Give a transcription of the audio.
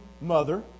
mother